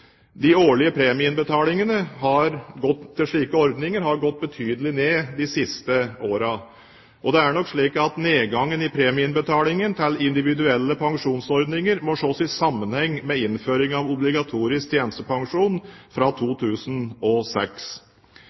De årlige premieinnbetalingene til slike ordninger har gått betydelig ned de siste årene. Det er nok slik at nedgangen i premieinnbetalingen til individuelle pensjonsordninger må ses i sammenheng med innføringen av obligatorisk tjenestepensjon fra 2006.